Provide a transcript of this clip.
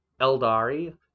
eldari